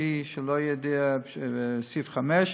שלא יהיה סעיף 5,